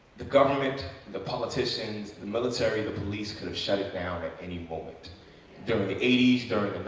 the government, the politicians, the military, the police, could have shut it down at any moment during the